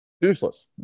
Useless